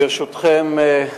ברשותכם,